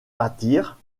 attire